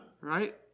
Right